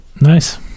Nice